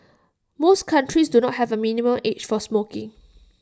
most countries do not have A minimum age for smoking